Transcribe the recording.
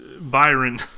Byron